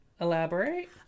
elaborate